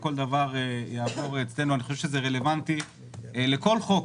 במקום "בתוך שנה" יבוא "בתוך שנתיים".